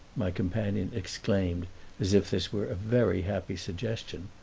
my companion exclaimed as if this were a very happy suggestion.